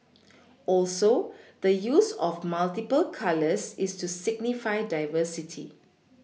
also the use of multiple colours is to signify diversity